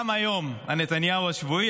גם היום הנתניהו השבועי,